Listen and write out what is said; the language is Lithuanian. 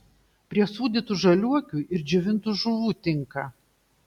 prie sūdytų žaliuokių ir džiovintų žuvų tinka